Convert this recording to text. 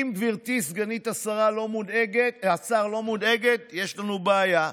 גברתי סגנית השר, אם את לא מודאגת, יש לנו בעיה.